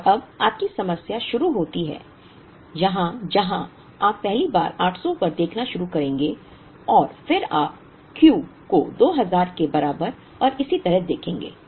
और अब आपकी समस्या शुरू होती है यहाँ जहाँ आप पहली बार 800 पर देखना शुरू करेंगे और फिर आप Q को 2000 के बराबर और इसी तरह देखेंगे